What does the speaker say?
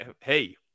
hey